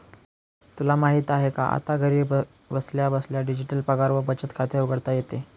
तुला माहित आहे का? आता घरी बसल्या बसल्या डिजिटल पगार व बचत खाते उघडता येते